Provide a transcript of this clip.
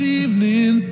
evening